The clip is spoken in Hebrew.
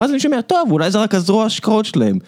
אז אני שומע "טוב אולי זה רק הזרוע השקעות שלהם"